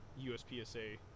USPSA